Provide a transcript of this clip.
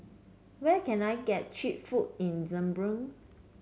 where can I get cheap food in Zagreb